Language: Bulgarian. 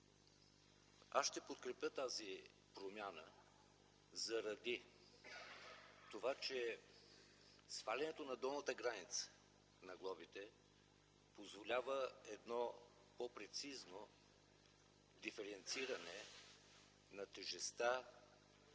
Аз ще подкрепя тази промяна, заради това че свалянето на долната граница на глобите позволява едно по-прецизно диференциране на тежестта